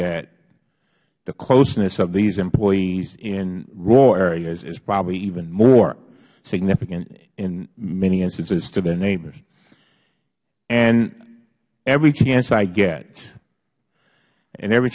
that the closeness of these employees in rural areas is probably even more significant in many instances to their neighbors and every chance i get and every